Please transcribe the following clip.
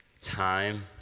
time